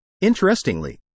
Interestingly